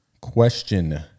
Question